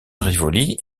rivoli